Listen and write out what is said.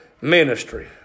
ministry